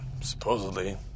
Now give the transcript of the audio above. supposedly